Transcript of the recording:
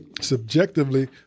subjectively